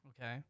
Okay